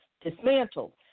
dismantled